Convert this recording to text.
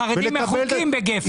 החרדים מחוקים בגפ"ן.